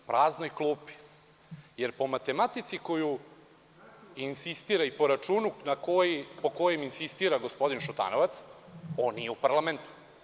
Praznoj klupi, jer po matematici koju insistira i po računu po kojem insistira gospodin Šutanovac, on nije u parlamentu.